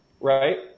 right